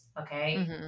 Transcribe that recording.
okay